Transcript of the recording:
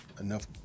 enough